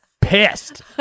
pissed